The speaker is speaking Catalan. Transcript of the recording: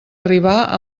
arribar